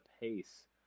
pace